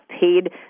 paid